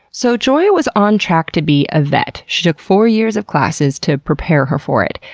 so joy was on track to be a vet. she took four years of classes to prepare her for it,